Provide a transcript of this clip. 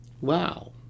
Wow